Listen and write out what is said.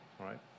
right